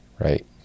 right